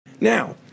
Now